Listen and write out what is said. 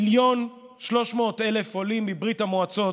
מיליון ו-300,000 עולים מברית המועצות,